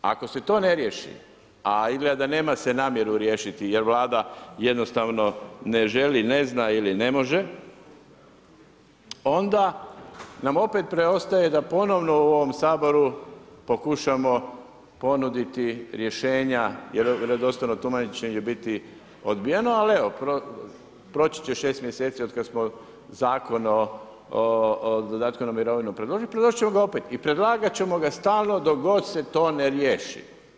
Ako se to ne riješi, a izgleda da se nema namjeru riješiti jer Vlada jednostavno ne želi, ne zna ili ne može onda nam opet preostaje da ponovno u ovom Saboru pokušamo ponuditi rješenja jer vjerodostojno tumačenje će biti odbijeno, ali evo proći će šest mjeseci od kada smo Zakon o dodatku na mirovinu predložili, predložit ćemo ga opet i predlagat ćemo ga stalno dok god se to ne riješi.